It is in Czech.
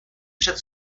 před